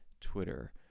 Twitter